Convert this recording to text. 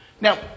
Now